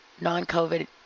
non-covid